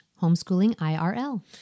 homeschoolingIRL